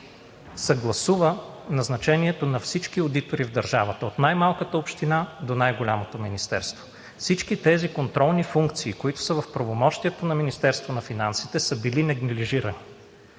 съгласува назначението на всички одитори в държавата – от най-малката община до най-голямото министерство. Всички тези контролни функции, които са в правомощията на Министерството на финансите, са били неглижирани.